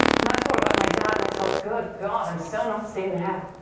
and i thought about my dad, and i thought, good god, i'm so not sue now.